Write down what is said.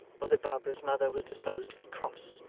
or that barbara's mother was disposed to be cross,